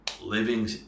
Living